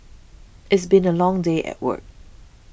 it's been a long day at work